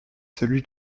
celui